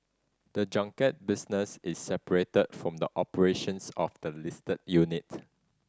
the junket business is separate from the operations of the listed unit